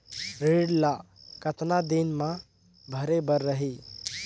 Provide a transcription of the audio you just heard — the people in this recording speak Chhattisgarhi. ऋण ला कतना दिन मा भरे बर रही?